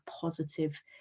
positive